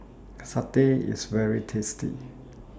Satay IS very tasty